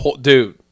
Dude